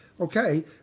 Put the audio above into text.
Okay